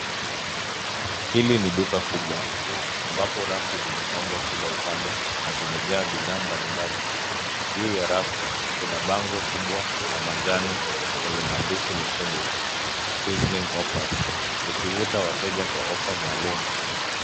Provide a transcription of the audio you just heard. Hili ni duka kubwa ambapo rafu zimepangwa kila upande na zimejaa bidhaa mbalimbali. Juu ya rafu kuna bango kubwa la manjano lenye maandishi mekundu sizziling offers likivuta wateja kwa offer maalum.